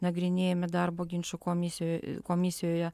nagrinėjami darbo ginčų komisijoj komisijoje